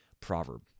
proverb